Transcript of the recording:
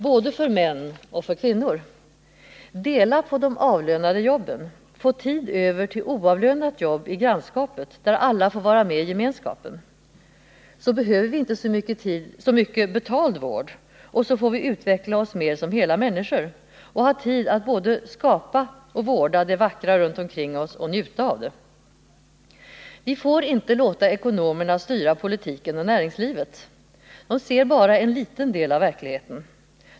Både för män och kvinnor. Dela på de avlönade jobben! Då får vi tid över till oavlönat jobb i grannskapet, där alla får vara med i gemenskapen. Då behöver vi inte så mycket betald vård, utan får utveckla oss mer som hela människor. Och då får vi tid att både skapa och vårda det vackra runt omkring oss och att njuta av det. Vi får inte låta ekonomerna styra politiken och näringslivet! De ser bara en liten del av verkligheten.